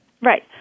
Right